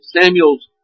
Samuel's